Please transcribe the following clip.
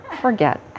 forget